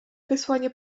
wysłanie